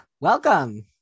Welcome